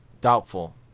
Doubtful